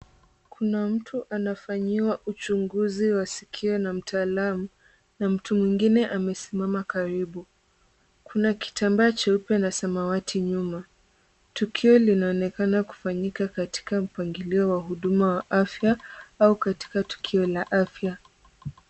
Kuna mtu anafanyiwa uchunguzi wa sikio na mtaalam, na mtu mwingine amesimama karibu. Kuna kitambaa cheupe na samawati nyuma. Tukio linaonekana kufanyika katika mpangilio wa huduma wa afya au katika tukio la afya.